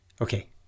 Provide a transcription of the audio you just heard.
Okay